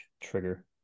trigger